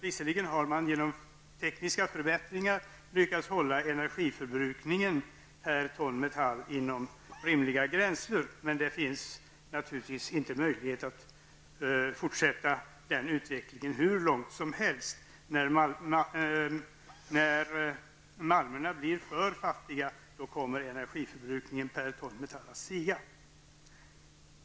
Visserligen har man genom tekniska förbättringar lyckats hålla energiförbrukningen per ton metall inom rimliga gränser, men den utvecklingen kan naturligtvis inte fortsätta hur länge som helst. När malmerna blir för fattiga, då kommer energiförbrukningen per ton metall att stiga.